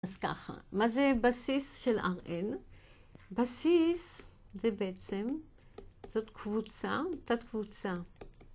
אז ככה, מה זה בסיס של rn? בסיס זה בעצם, זאת קבוצה, תת קבוצה.